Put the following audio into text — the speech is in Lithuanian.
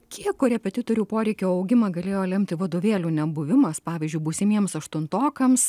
kiek korepetitorių poreikio augimą galėjo lemti vadovėlių nebuvimas pavyzdžiui būsimiems aštuntokams